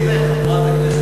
באיזה מלון,